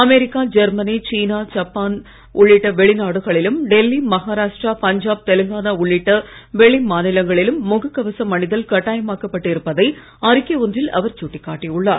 America Germany China Japan உள்ளிட்ட வெளிநாடுகளிலும் டெல்லி மகாராஷ்ட்ரா பஞ்சாப் தெலுங்கானா உள்ளிட்ட வெளி மாநிலங்களிலும் முக கவசம் அணிதல் கட்டாயமாக்கப்பட்டு இருப்பதை அறிக்கை ஒன்றில் அவர் சுட்டிக் காட்டியுள்ளார்